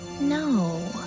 No